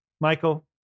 Michael